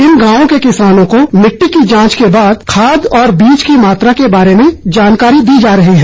इन गांवों के किसानों को मिट्टी की जाचं के बाद खाद और बीज की मात्रा के बारे में जानकारी दी जा रही है